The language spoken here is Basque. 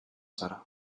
zara